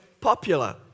popular